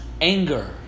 anger